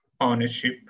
ownership